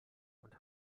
und